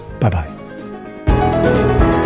Bye-bye